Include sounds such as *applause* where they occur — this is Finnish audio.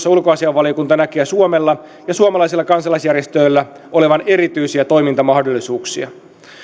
*unintelligible* ulkoasiainvaliokunta näkee suomella ja suomalaisilla kansalaisjärjestöillä olevan erityisiä toimintamahdollisuuksia